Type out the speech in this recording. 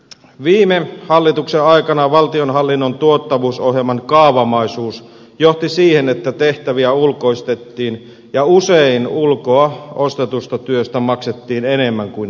viime hallituksen aikana valtionhallinnon tuottavuusohjelman kaavamaisuus johti siihen että tehtäviä ulkoistettiin ja usein ulkoa ostetusta työstä maksettiin enemmän kuin aikaisemmin